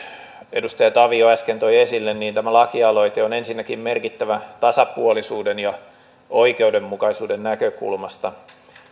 edustaja tavio äsken toi esille tämä lakialoite on ensinnäkin merkittävä tasapuolisuuden ja oikeudenmukaisuuden näkökulmasta